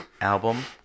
album